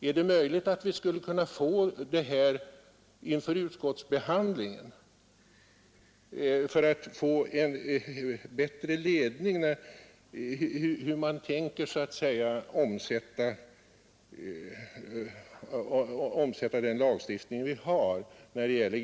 Är det möjligt att vi inför utskottsbehandlingen skulle kunna få en bättre vägledning om hur man tänker sig att i praktiken tillämpa lagstiftningen om glesbebyggelsen?